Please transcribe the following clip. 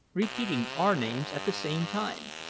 repeating our names at the same time.